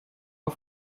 auf